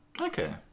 Okay